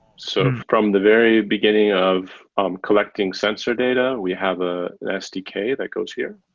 so from the very beginning of um collecting sensor data, we have ah an sdk that goes here,